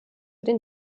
den